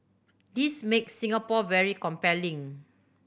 this makes Singapore very compelling